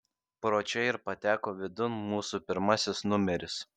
pro čia ir pateko vidun mūsų pirmasis numeris